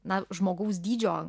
na žmogaus dydžio